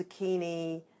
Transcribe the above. zucchini